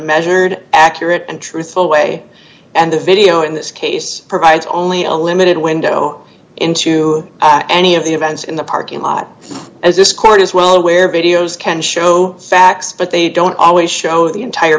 measured accurate and truthful way and the video in this case provides only a limited window into any of the events in the parking lot as this court is well aware videos can show facts but they don't always show the entire